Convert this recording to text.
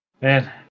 Man